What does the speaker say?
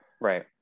Right